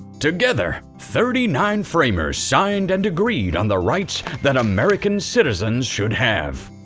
together, thirty nine framers signed and agreed on the rights that american citizens should have.